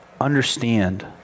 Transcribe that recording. understand